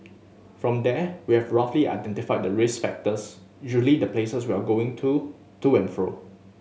from there we have roughly identify the risk factors usually the places they're going to to and fro